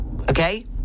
Okay